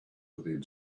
within